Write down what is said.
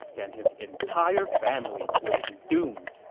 then his entire family will be doomed.